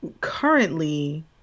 currently